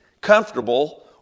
comfortable